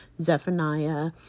Zephaniah